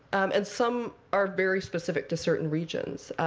and some are very specific to certain regions.